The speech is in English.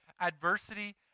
adversity